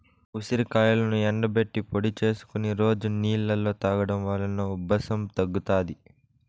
ఉసిరికాయలను ఎండబెట్టి పొడి చేసుకొని రోజు నీళ్ళలో తాగడం వలన ఉబ్బసం తగ్గుతాది